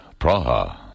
Praha